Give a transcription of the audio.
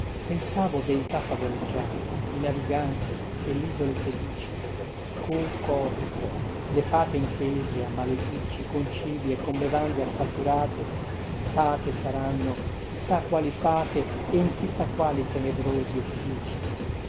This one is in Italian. pensavo deità favoleggiate i naviganti e lisole felici co co tte le fate intese a malefici con cibi e con bevande affatturate fate saranno chi sa quali fate e in chi sa quali tenebrosi offici